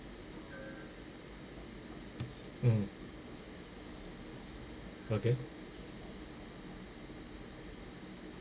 mm okay